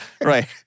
right